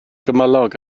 gymylog